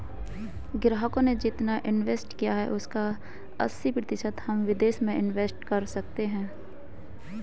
ग्राहकों ने जितना इंवेस्ट किया है उसका अस्सी प्रतिशत हम विदेश में इंवेस्ट कर सकते हैं